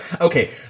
Okay